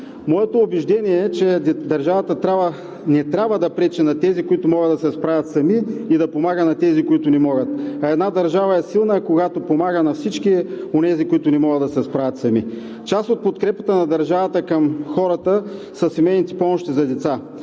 Моето убеждение е, че държавата не трябва да пречи на тези, които могат да се справят сами, и да помага на тези, които не могат. Една държава е силна, когато помага на всички онези, които не могат да се справят сами. Част от подкрепата на държавата към хората са семейните помощи за деца.